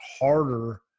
harder